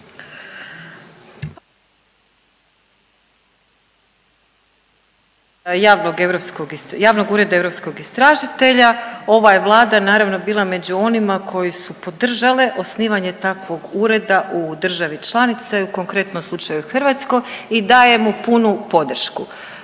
javnog ureda europskog istražitelja, ova je vlada naravno bila među onima koji su podržale osnivanje takvog ureda u državi članici, konkretno u slučaju hrvatsko i daje mu punu podršku.